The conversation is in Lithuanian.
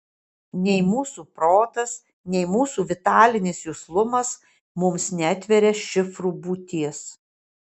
nei mūsų protas nei mūsų vitalinis juslumas mums neatveria šifrų būties